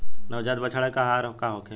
नवजात बछड़ा के आहार का होखे?